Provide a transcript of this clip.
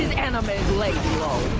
and enemies laid low!